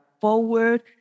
forward